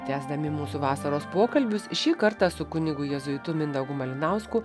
tęsdami mūsų vasaros pokalbius šį kartą su kunigu jėzuitu mindaugu malinausku